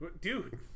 Dude